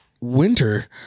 winter